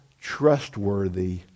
trustworthy